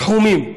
תחומים בשנים,